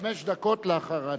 חמש דקות לאחר ההצבעה.